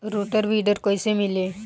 Rotor weeder कईसे मिले?